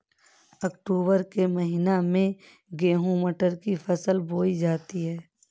अक्टूबर के महीना में गेहूँ मटर की फसल बोई जाती है